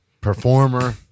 performer